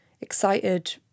excited